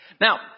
Now